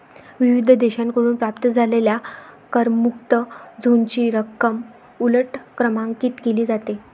विविध देशांकडून प्राप्त झालेल्या करमुक्त झोनची रक्कम उलट क्रमांकित केली जाते